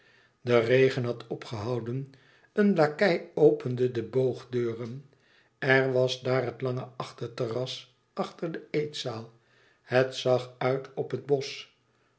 de regen had opgehouden een lakei opende de boogdeuren er was daar het lange achterterras achter de eetzaal het zag uit op het bosch